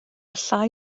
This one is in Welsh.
llai